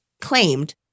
Claimed